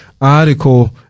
article